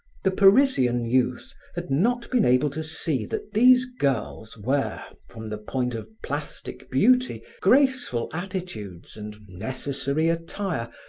the parisian youth had not been able to see that these girls were, from the point of plastic beauty, graceful attitudes and necessary attire,